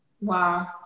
Wow